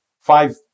five